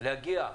להגיע להסדר,